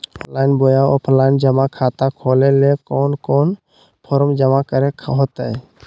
Online बोया offline जमा खाता खोले ले कोन कोन फॉर्म जमा करे होते?